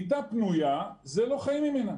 מיטה פנויה זה לא חיים ממנה.